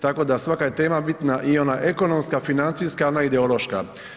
Tako da svaka je tema bitna i ona ekonomska, financijska i ona ideološka.